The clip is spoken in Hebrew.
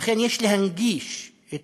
ולכן יש להנגיש את